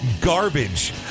garbage